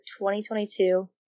2022